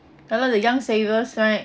I know the young savers right